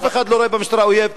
אף אחד לא רואה במשטרה אויב.